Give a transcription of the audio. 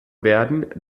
werden